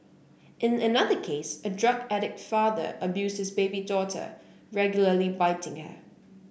in another case a drug addict father abuses his baby daughter regularly biting her